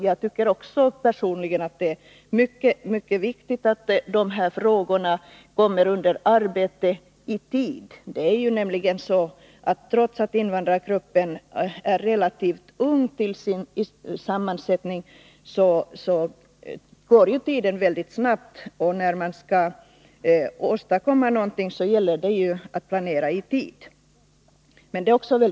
Jag tycker personligen att det är mycket viktigt att dessa frågor kommer under arbete i tid. Invandrargruppen är till sin sammansättning relativt ung, och skall man åstadkomma någonting gäller det att planera i tid, därför att tiden går mycket snabbt.